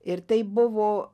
ir taip buvo